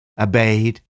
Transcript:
obeyed